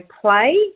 play